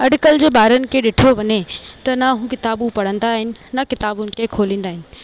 अॼुकल्ह जे ॿारनि खे ॾिठो वञे त न उहे किताबूं पढ़ंदा आहिनि उन किताबुनि खे खोलींदा आहिनि